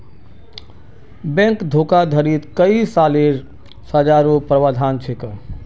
bank धोखाधडीत कई सालेर सज़ारो प्रावधान छेक